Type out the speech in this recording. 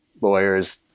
lawyers